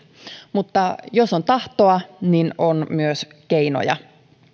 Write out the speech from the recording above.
mutta jos on tahtoa niin on myös keinoja